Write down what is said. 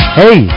hey